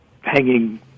hanging